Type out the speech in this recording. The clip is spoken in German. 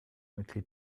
mitglied